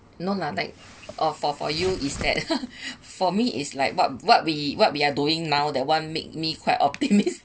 no lah like or for for you is that for me is like what what we what we are doing now that one make me quite optimist